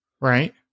Right